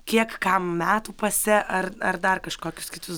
kiek kam metų pase ar ar dar kažkokius kitus